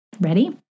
Ready